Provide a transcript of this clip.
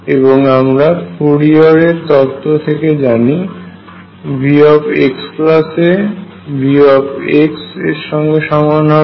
এবং আমরা ফুরিয়ার এর তত্ত্ব থেকে জানি V xa V এর সঙ্গে সমান হবে